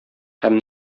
һәм